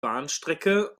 bahnstrecke